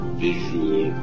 visual